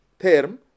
term